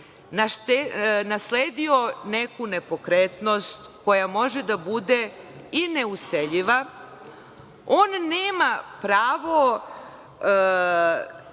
nasledio neku nepokretnost koja može da bude i neuseljiva, on nema pravo